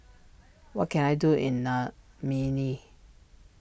what can I do in